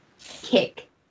kick